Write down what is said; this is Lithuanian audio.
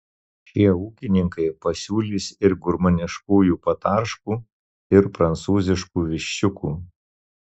šie ūkininkai pasiūlys ir gurmaniškųjų patarškų ir prancūziškų viščiukų